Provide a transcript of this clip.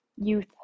youth